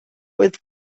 with